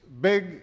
big